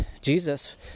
Jesus